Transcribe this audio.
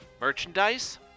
merchandise